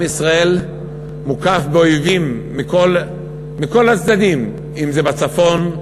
עם ישראל מוקף באויבים מכל הצדדים, אם בצפון,